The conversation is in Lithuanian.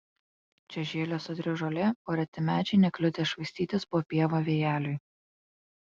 čia žėlė sodri žolė o reti medžiai nekliudė švaistytis po pievą vėjeliui